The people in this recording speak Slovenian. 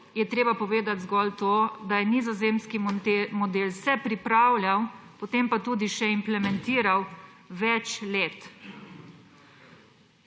je treba povedati zgolj to, da se je nizozemski model pripravljal, potem pa tudi še implementiral, več let.